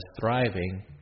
thriving